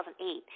2008